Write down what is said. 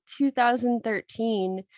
2013